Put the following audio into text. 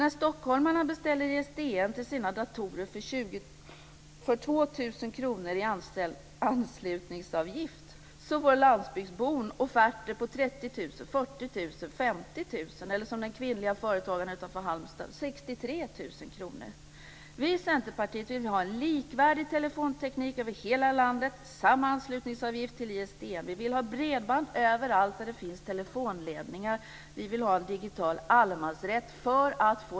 När stockholmarna beställer ISDN till sina datorer och betalar 2 000 kr i anslutningsavgift får landsbygdsbon offerter på 30 000, 40 000 eller Vi i Centerpartiet vill ha en likvärdig telefonteknik över hela landet och samma anslutningsavgift till ISDN.